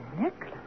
necklace